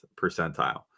percentile